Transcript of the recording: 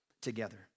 together